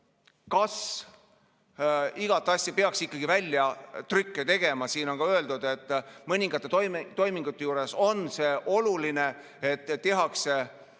Kas igast asjast peaks ikkagi väljatrükke tegema? Siin on ka öeldud, et mõningate toimingute juures on see oluline, et tehakse